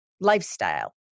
lifestyle